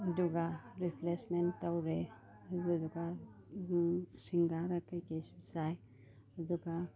ꯑꯗꯨꯒ ꯔꯤꯐ꯭ꯔꯦꯁꯃꯦꯟ ꯇꯧꯔꯦ ꯑꯗꯨꯗꯨꯒ ꯁꯤꯡꯒꯥꯔ ꯀꯩꯀꯩꯁꯨ ꯆꯥꯏ ꯑꯗꯨꯒ